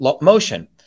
motion